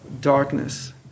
darkness